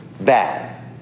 bad